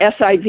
SIV